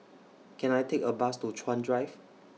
Can I Take A Bus to Chuan Drive